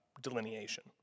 delineation